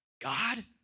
God